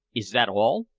is that all?